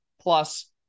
plus